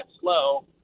slow